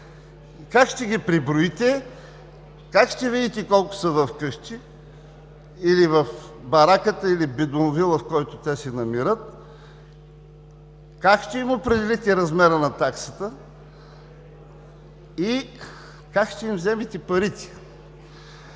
как ще ги преброите, как ще видите колко са в къщи, или в бараката, или бидонвила, в който те се намират, как ще им определите размера на таксата, как ще им вземете парите?